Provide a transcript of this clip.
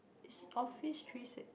is office three six